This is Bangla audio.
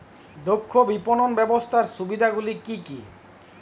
দক্ষ বিপণন ব্যবস্থার সুবিধাগুলি কি কি?